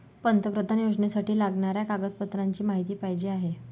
पंतप्रधान योजनेसाठी लागणाऱ्या कागदपत्रांची माहिती पाहिजे आहे